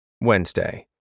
Wednesday